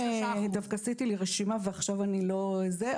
דווקא עשיתי לי רשימה ועכשיו אני לא זוכרת.